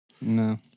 No